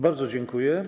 Bardzo dziękuję.